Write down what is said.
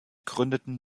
gründeten